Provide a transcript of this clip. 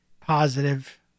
positive